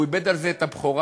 הוא איבד על זה את הבכורה.